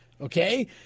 okay